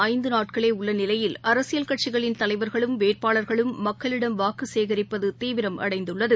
ஐந்துநாட்களேஉள்ளநிலையில் அரசியல் கட்சிகளின் தலைவர்களும் வேட்பாளர்களும் மக்களிடம் வாக்குசேகரிப்பதுதீவிரம் அடைந்துள்ளது